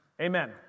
Amen